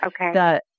Okay